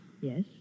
Yes